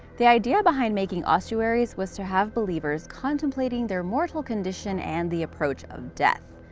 the idea behind making ossuaries was to have believers contemplating their mortal condition and the approach of death.